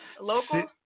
Local